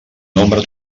nombre